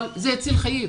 אבל זה הציל חיים.